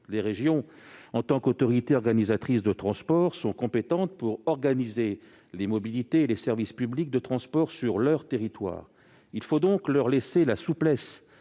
Les régions, en tant qu'autorités organisatrices de transport, sont compétentes pour organiser les mobilités et les services publics de transport sur leur territoire. Il faut donc leur laisser la souplesse